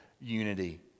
unity